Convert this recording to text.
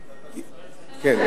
אבל,